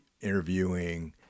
interviewing